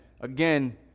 again